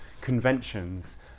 conventions